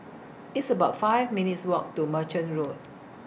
It's about five minutes' Walk to Merchant Road